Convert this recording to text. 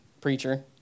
preacher